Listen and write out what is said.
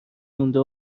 مونده